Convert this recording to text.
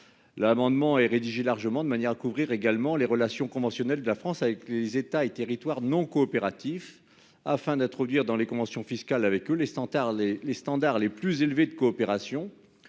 L'amendement et rédigé largement de manière à couvrir également les relations conventionnelles de la France avec les États et territoires non coopératifs afin d'introduire dans les conventions fiscales avec eux les standards les les standards les plus élevés de coopération.